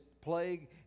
plague